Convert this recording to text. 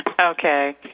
Okay